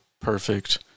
perfect